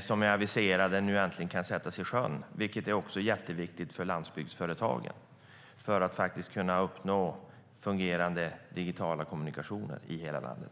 som är aviserade nu äntligen kan förverkligas, vilket också är jätteviktigt för landsbygdsföretagen, för att man ska kunna ha fungerande digitala kommunikationer i hela landet.